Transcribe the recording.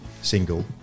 single